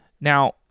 Now